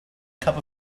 cup